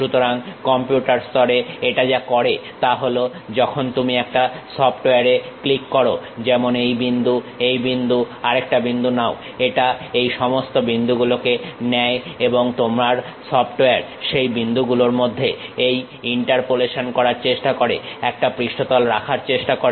সুতরাং কম্পিউটার স্তরে এটা যা করে তা হল যখন তুমি একটা সফটওয়্যারে ক্লিক করো যেমন এই বিন্দু এই বিন্দু আরেকটা বিন্দু নাও এটা এই সমস্ত বিন্দু গুলোকে নেয় এবং তোমার সফটওয়্যার সেই বিন্দু গুলোর মধ্যে এই ইন্টারপোলেশন করার চেষ্টা করে একটা পৃষ্ঠতল রাখার চেষ্টা করে